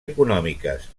econòmiques